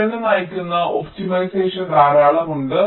പ്രകടനം നയിക്കുന്ന ഒപ്റ്റിമൈസേഷൻ ധാരാളം ഉണ്ട്